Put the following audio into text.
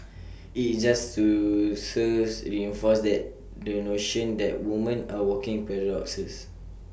IT just to serves reinforce the the notion that women are walking paradoxes